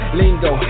lingo